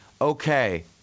okay